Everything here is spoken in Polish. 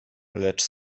lecz